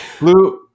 Lou